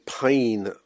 pain